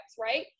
right